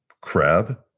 crab